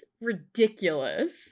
ridiculous